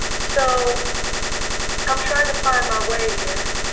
so i'm trying to find my way here,